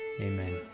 Amen